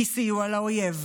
סיוע לאויב,